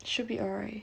should be alright